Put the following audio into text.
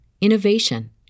innovation